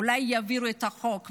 אולי יעבירו את החוק,